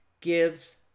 gives